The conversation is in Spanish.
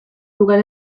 lugar